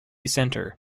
centre